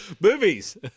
Movies